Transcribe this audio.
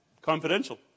confidential